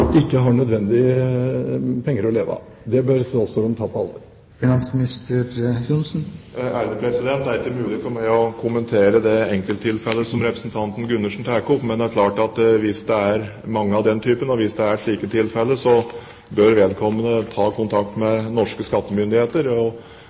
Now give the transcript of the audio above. ikke har nødvendige penger å leve av. Det bør statsråden ta på alvor. Det er ikke mulig for meg å kommentere det enkelttilfellet som representanten Gundersen tar opp, men det er klart at hvis det er mange tilfeller av den typen, bør vedkommende ta kontakt med norske skattemyndigheter. Da legger jeg til grunn at vedkommende